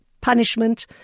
punishment